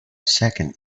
second